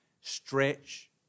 stretch